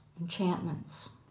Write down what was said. enchantments